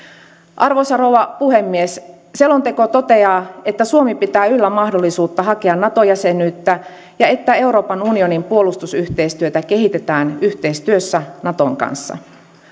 arvoisa rouva puhemies selonteko toteaa että suomi pitää yllä mahdollisuutta hakea nato jäsenyyttä ja että euroopan unionin puolustusyhteistyötä kehitetään yhteistyössä naton kanssa